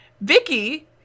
Vicky